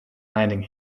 landing